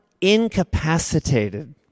incapacitated